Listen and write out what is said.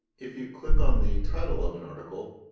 if you click on the tile of an article